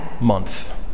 month